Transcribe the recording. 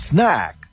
Snack